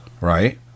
right